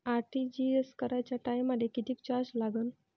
RTGS कराच्या टायमाले किती चार्ज लागन?